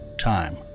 time